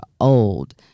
old